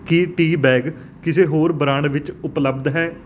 ਕੀ tea bag ਕਿਸੇ ਹੋਰ brand ਵਿੱਚ ਉਪਲੱਬਧ ਹੈ